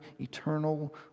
eternal